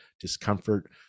discomfort